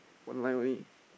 one line only